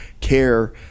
care